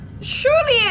Surely